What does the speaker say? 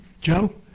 Joe